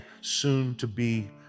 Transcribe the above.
soon-to-be